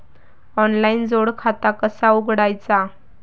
Online जोड खाता कसा उघडायचा?